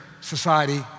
society